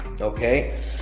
Okay